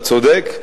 אתה צודק.